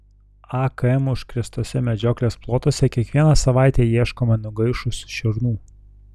akm užkrėstuose medžioklės plotuose kiekvieną savaitę ieškoma nugaišusių šernų